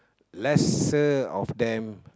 lesser of them